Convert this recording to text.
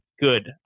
good